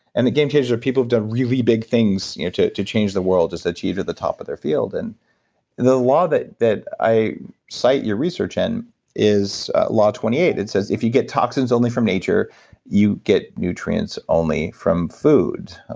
and the game changers are people who've done really big things to to change the world, just achieved at the top of their field. and the law that that i cite your research in is law twenty eight, it says, if you get toxins only from nature you get nutrients only from foods,